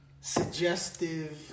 suggestive